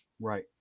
Right